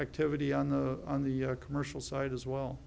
activity on the on the commercial side as well